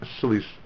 silly